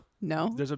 no